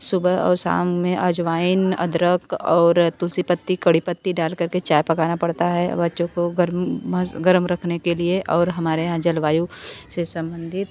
सुबह और शाम में अजवाइन अदरक और तुलसी पट्टी कड़ी पट्टी डाल कर के चाय पकाना पड़ता है बच्चों को गर्म रखने के लिए और हमारे यहाँ जलवायु से संबंधित